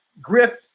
grift